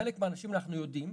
חלק מהאנשים אנחנו יודעים,